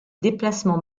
déplacements